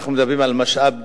אנחנו מדברים על משאב